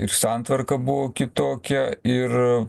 ir santvarka buvo kitokia ir